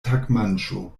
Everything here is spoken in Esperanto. tagmanĝo